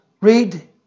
read